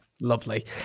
Lovely